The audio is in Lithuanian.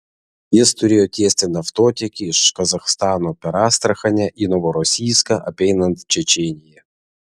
jis turėjo tiesti naftotiekį iš kazachstano per astrachanę į novorosijską apeinant čečėniją